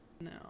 no